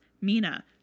Mina